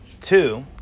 Two